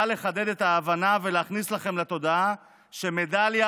בא לחדד את ההבנה ולהכניס לכם לתודעה שמדליה